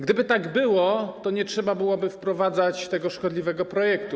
Gdyby tak było, to nie trzeba byłoby wprowadzać tego szkodliwego projektu.